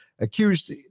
accused